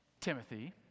Timothy